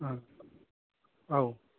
औ